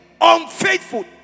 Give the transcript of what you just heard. unfaithful